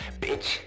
bitch